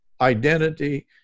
identity